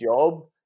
job